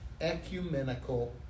ecumenical